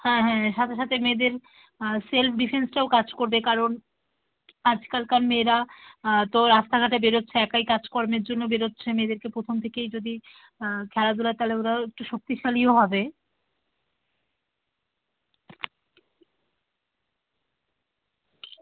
হ্যাঁ হ্যাঁ সাথে সাথে মেয়েদের সেলফ ডিফেন্সটাও কাজ করবে কারণ আজকালকার মেয়েরা তো রাস্তাঘাটে বেরোচ্ছে একাই কাজকর্মের জন্য বেরোচ্ছে মেয়েদেরকে প্রথম থেকেই যদি খেলাধুলায় তাহলে ওরাও একটু শক্তিশালীও হবে